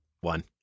One